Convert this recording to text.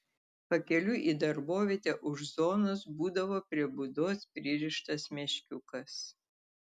pakeliui į darbovietę už zonos būdavo prie būdos pririštas meškiukas